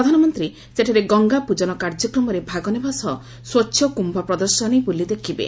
ପ୍ରଧାନମନ୍ତ୍ରୀ ସେଠାରେ ଗଙ୍ଗାପୂଜନ କାର୍ଯ୍ୟକ୍ରମରେ ଭାଗ ନେବା ସହ ସ୍ୱଚ୍ଚକ୍ୟୁ ପ୍ରଦର୍ଶନୀ ବୁଲି ଦେଖିବେ